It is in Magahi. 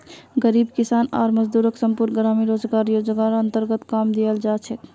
गरीब किसान आर मजदूरक संपूर्ण ग्रामीण रोजगार योजनार अन्तर्गत काम दियाल जा छेक